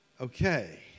Okay